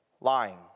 lying